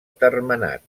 termenat